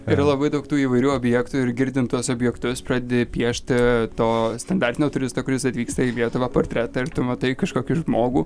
yra labai daug tų įvairių objektų ir girdint tuos objektus pradedi piešti to standartinio turisto kuris atvyksta į lietuvą portretą ir tu matai kažkokį žmogų